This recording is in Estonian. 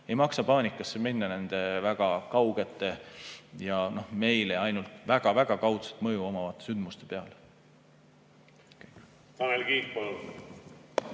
ei maksa paanikasse minna nende väga kaugete ja meile ainult väga-väga kaudselt mõju omavate sündmuste peale. Tanel Kiik,